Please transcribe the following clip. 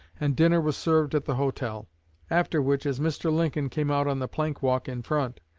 and dinner was served at the hotel after which, as mr. lincoln came out on the plank-walk in front,